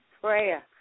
prayer